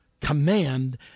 command